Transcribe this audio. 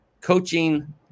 coaching